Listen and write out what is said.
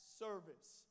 service